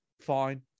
fine